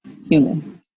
human